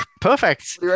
perfect